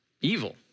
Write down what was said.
evil